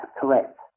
correct